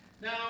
Now